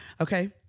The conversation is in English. Okay